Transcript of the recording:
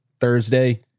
Thursday